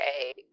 okay